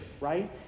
right